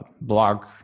blog